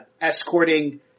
escorting